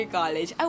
college